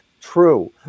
true